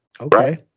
Okay